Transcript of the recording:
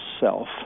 self